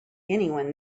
anyone